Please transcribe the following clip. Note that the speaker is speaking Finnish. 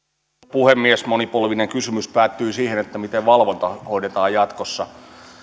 puhemies monipolvinen kysymys päättyi siihen miten valvonta hoidetaan jatkossa